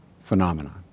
phenomenon